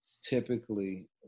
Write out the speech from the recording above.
typically